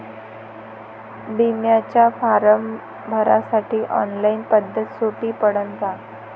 बिम्याचा फारम भरासाठी ऑनलाईन पद्धत सोपी पडन का?